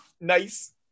Nice